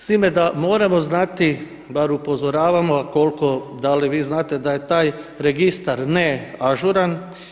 S time da moramo znati bar upozoravamo koliko da li vi znate da je taj registar neažuran.